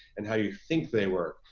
and how you think they work.